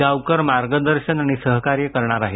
गावकर मार्गदर्शन आणि सहकार्य करणार आहेत